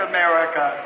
America